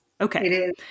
Okay